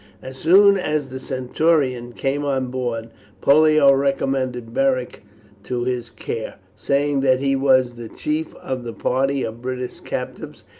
as soon as the centurion came on board pollio recommended beric to his care, saying that he was the chief of the party of british captives,